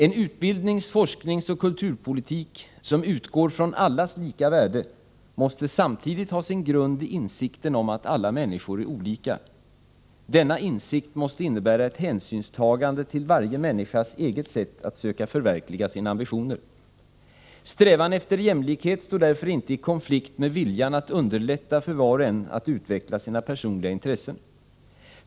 En utbildnings-, forskningsoch kulturpolitik som utgår från allas lika värde måste samtidigt ha sin grund i insikten om att alla människor är olika. Denna insikt måste innebära ett hänsynstagande till varje människas eget sätt att söka förverkliga sina ambitioner. Strävan efter jämlikhet står därför inte i konflikt med viljan att underlätta för var och en att utveckla sina personliga intressen.